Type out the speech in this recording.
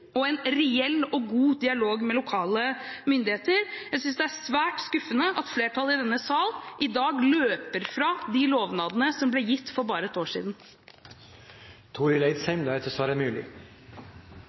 og en reell og god dialog med lokale myndigheter. Jeg synes det er svært skuffende at flertallet i denne sal i dag løper fra de lovnadene som ble gitt for bare ett år siden.